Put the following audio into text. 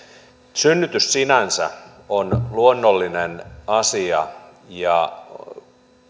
synnytys sinänsä on luonnollinen asia ja